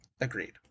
agreed